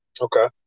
Okay